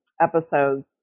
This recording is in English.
episodes